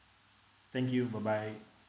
thank you bye bye